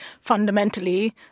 fundamentally